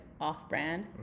off-brand